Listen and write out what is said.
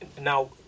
Now